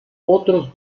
otros